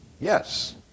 yes